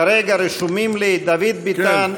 כרגע רשומים לי דוד ביטן,